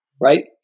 Right